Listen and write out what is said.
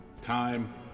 time